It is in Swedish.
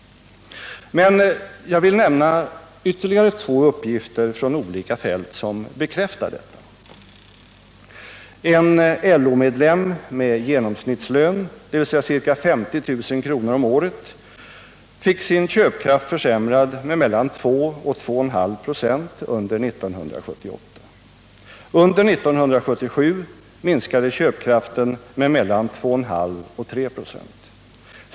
Men jag vill nämna ytterligare två uppgifter från olika fält som bekräftar detta. En LO-medlem med genomsnittslön, dvs. ca 50 000 kr. om året, fick sin köpkraft försämrad med mellan 2 och 2,5 96 under 1978. Under 1977 minskade köpkraften mellan 2,5 och 3 96.